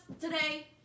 today